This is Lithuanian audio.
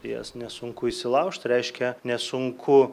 jas nesunku įsilaužt reiškia nesunku